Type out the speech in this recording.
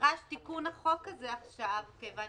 נדרש תיקון החוק הזה עכשיו מכיוון